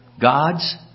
God's